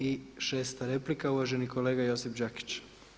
I 6. replika uvaženi kolega Josip Đakić.